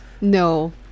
No